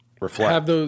reflect